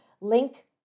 link